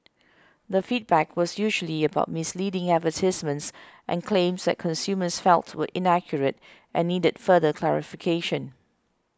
the feedback was usually about misleading advertisements and claims that consumers felt were inaccurate and needed further clarification